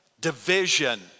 division